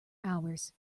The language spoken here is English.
hours